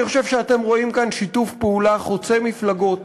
אני חושב שאתם רואים כאן שיתוף פעולה חוצה מפלגות,